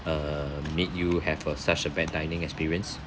uh made you have a such a bad dining experience